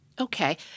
Okay